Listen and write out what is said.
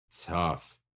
tough